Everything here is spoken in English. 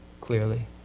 clearly